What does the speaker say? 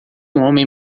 homem